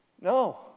no